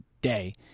day